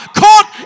caught